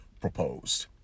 proposed